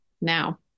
now